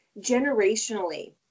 generationally